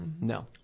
No